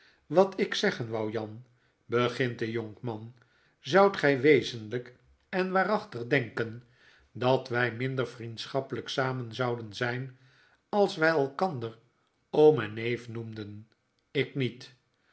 wat ik zeggen wou jan begint de jonkman zoudt gy wezenlyk en waarachtig denken dat wy minder vriendschappelyk samen zouden zyn als wy elkander oom en neef noemden ik niet